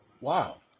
Wow